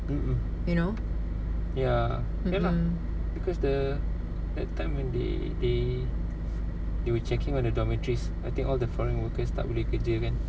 ya ya lah because the that time when they they they were checking on the dormitories I think all the foreign workers tak boleh kerja kan